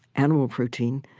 animal protein,